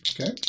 Okay